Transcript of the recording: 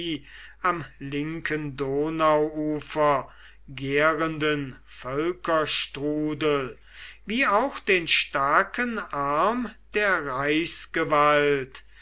am linken donauufer gärenden völkerstrudel wie auch den starken arm der